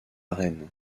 rennes